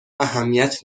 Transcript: اهمیت